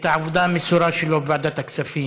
את העבודה המסורה שלו בוועדת הכספים,